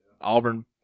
Auburn